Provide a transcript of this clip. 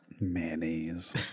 Mayonnaise